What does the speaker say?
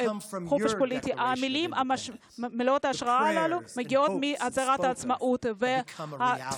המילים מלאות ההשראה הללו מגיעות מהצהרת העצמאות שלכם.